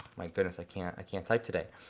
my goodness, i can't i can't type today.